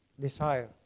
desire